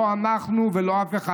לא אנחנו ולא אף אחד.